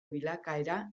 bilakaera